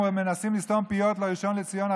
הם מנסים לסתום פיות לראשון לציון,